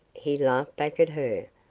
he laughed back at her.